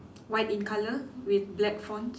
white in color with black fonts